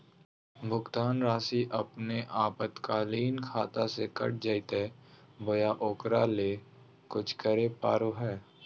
भुक्तान रासि अपने आपातकालीन खाता से कट जैतैय बोया ओकरा ले कुछ करे परो है?